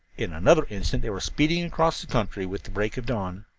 in another instant they were speeding across the country with the break of dawn.